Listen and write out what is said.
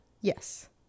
yes